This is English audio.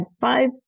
five